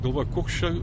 galvoja koks čia